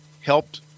helped